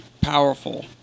powerful